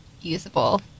usable